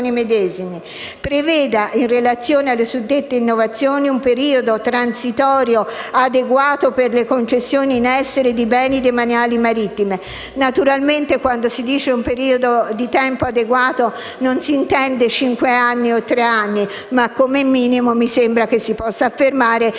prevedere, in relazione alle suddette innovazioni, un periodo transitorio adeguato per le concessioni in essere di beni demaniali marittimi. Naturalmente, quando si fa riferimento ad un periodo di tempo adeguato non si intende cinque o tre anni, ma, come minimo, mi sembra che si possa affermare che un periodo